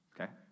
Okay